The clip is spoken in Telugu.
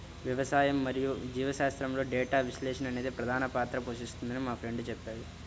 వ్యవసాయం మరియు జీవశాస్త్రంలో డేటా విశ్లేషణ అనేది ప్రధాన పాత్ర పోషిస్తుందని మా ఫ్రెండు చెప్పాడు